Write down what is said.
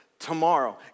Tomorrow